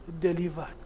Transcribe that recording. delivered